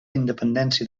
independència